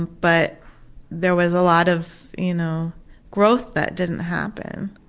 but there was a lot of you know growth that didn't happen.